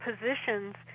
positions